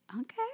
Okay